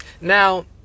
Now